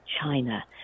China